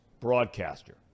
broadcaster